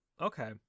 okay